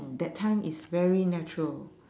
that time is very natural